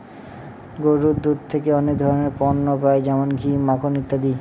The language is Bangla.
গরুর দুধ থেকে অনেক ধরনের পণ্য পাই যেমন ঘি, মাখন ইত্যাদি